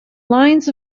lines